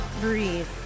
Breathe